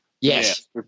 Yes